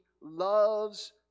loves